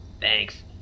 thanks